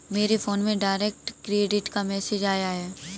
मेरे फोन में direct credit का मैसेज आया है